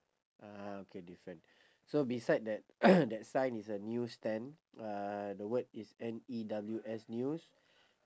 ah okay different so beside that that sign is a news stand uh the word is N E W S news